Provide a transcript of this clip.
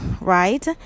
right